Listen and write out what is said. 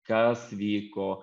kas vyko